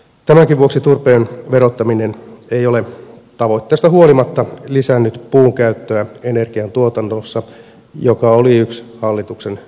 tämänkin vuoksi turpeen verottaminen ei ole tavoitteista huolimatta lisännyt puun käyttöä energiantuotannossa mikä oli yksi hallituksen perusteista